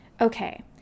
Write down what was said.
Okay